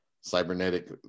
cybernetic